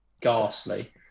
ghastly